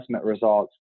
results